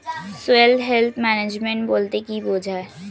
Soil health management বলতে কি বুঝায়?